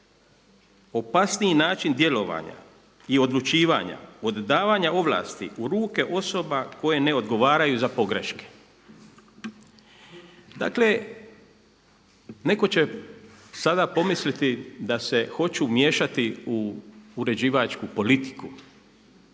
opasniji način djelovanja i odlučivanja od davanja ovlasti u ruke osoba koje ne odgovaraju za pogreške. Dakle netko će sada pomisliti da se hoću miješati u uređivačku politiku,